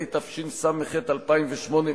התשס"ח 2008,